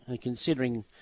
considering